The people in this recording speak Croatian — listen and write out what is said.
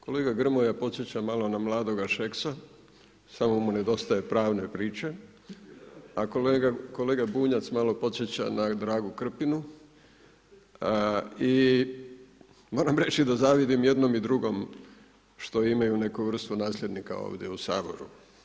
Kolega Grmoja podsjeća malo na mladoga Šeksa, samo mu nedostaje pravne priče, a kolega Bunjac malo podsjeća na Dragu Krpinu i moram reći da zavidim i jednom i drugom, što imaju neku vrstu nasljednika ovdje u Saboru.